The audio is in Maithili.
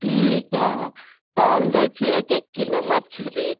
ठीक है तौल दै छी एक एक किलो मछली